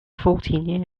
fourteen